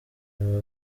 baba